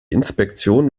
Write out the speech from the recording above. inspektion